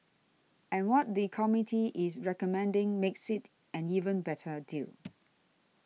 and what the committee is recommending makes it an even better a deal